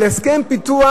על הסכם פיתוח,